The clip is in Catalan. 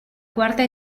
quarta